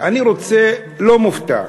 אני לא מופתע,